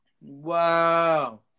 Wow